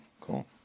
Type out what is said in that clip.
Cool